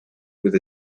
with